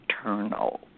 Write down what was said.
eternal